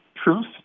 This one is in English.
truth